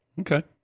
Okay